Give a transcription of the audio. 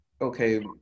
Okay